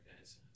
guys